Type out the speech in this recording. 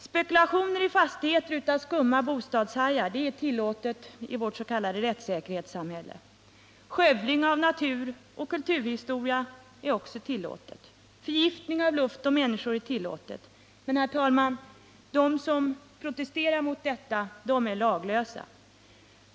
Spekulationer i fastigheter av skumma bostadshajar är tillåtna i vårt s.k. rättssäkerhetssamhälle, skövling av natur och kulturhistoria är tillåten och förgiftning av luft och människor är också tillåten. Men, herr talman, de som protesterar mot detta är laglösa.